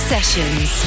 Sessions